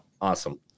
Awesome